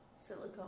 Silicone